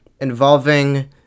involving